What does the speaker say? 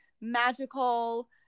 magical